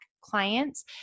clients